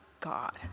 God